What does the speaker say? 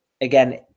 again